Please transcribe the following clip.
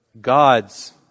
God's